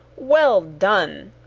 well done!